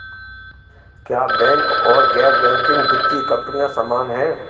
क्या बैंक और गैर बैंकिंग वित्तीय कंपनियां समान हैं?